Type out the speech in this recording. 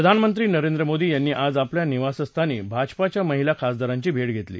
प्रधानमंत्री नरेंद्र मोदी यांनी आज आपल्या निवासस्थानी भाजपाच्या महिला खासदारांची भेट घेतली